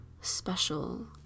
special